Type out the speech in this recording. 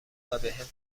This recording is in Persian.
وبهم